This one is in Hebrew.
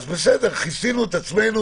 בסדר, כיסינו את עצמנו